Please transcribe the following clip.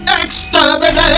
Exterminate